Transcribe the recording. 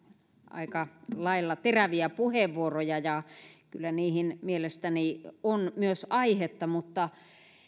aika lailla teräviä puheenvuoroja ja kyllä niihin mielestäni on myös aihetta mutta